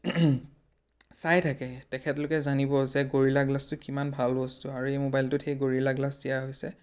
চাই থাকে তেখেতলোকে জানিব যে গৰিলা গ্লাছটো কিমান ভাল বস্তু আৰু এই মোবাইলটোত সেই গৰিলা গ্লাছ দিয়া হৈছে